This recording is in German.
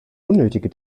unnötige